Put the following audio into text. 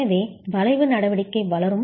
எனவே வளைவு நடவடிக்கை வளரும்